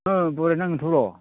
ओं बराय नांगोनथ' र'